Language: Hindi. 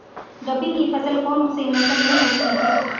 रबी की फसल कौन से मौसम में होती है?